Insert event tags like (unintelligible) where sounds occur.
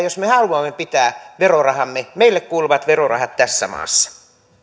(unintelligible) jos me haluamme pitää verorahamme meille kuuluvat verorahat tässä maassa